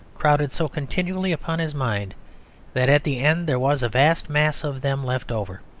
crowded so continually upon his mind that at the end there was a vast mass of them left over,